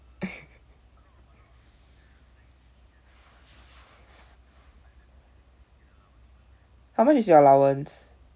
how much is your allowance